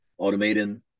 automating